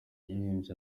yaririmbye